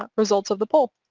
um results of the poll.